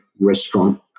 restaurant